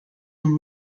room